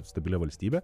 stabilią valstybę